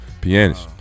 pianist